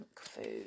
food